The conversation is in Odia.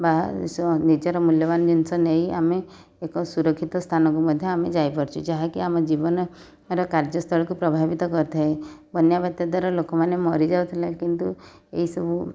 ବା ନିଜର ମୂଲ୍ୟବାନ ଜିନିଷ ନେଇ ଆମେ ଏକ ସୁରକ୍ଷିତ ସ୍ଥାନକୁ ମଧ୍ୟ ଆମେ ଯାଇପାରୁଛୁ ଯାହାକି ଆମ ଜୀବନର କାର୍ଯ୍ୟସ୍ଥଳୀକୁ ପ୍ରଭାବିତ କରିଥାଏ ବନ୍ୟା ବାତ୍ୟା ଦ୍ଵାରା ଲୋକମାନେ ମରିଯାଉଥିଲେ କିନ୍ତୁ ଏହିସବୁ